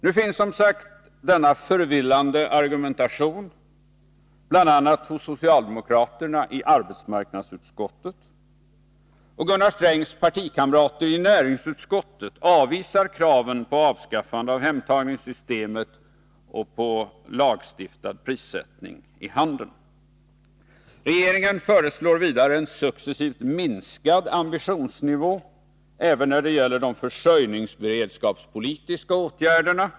Nu finns som sagt denna ”förvillande argumentation” bl.a. hos socialdemokraterna i arbetsmarknadsutskottet, och Gunnar Strängs partikamrater i näringsutskottet avvisar kraven på avskaffande av hemtagningssystemet och på lagstiftad prissättning i handeln. Regeringen föreslår vidare en successivt minskad ambitionsnivå även när det gäller de försörjningsberedskapspolitiska åtgärderna.